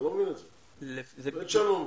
אני לא מבין את זה, באמת שאני לא מבין.